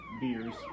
beers